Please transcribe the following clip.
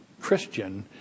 Christian